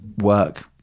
work